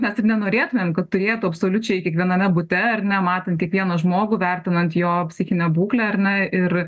net ir nenorėtumėm kad turėtų absoliučiai kiekviename bute ar ne matant kiekvieną žmogų vertinant jo psichinę būklę ar ne ir